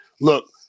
look